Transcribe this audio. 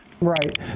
Right